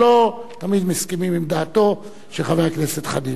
שלא תמיד מסכימים עם דעתו של חבר הכנסת חנין.